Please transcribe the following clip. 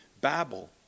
Babel